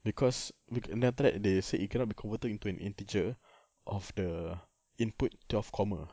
because bec~ then after that they said it cannot be converted into an integer of the input twelve comma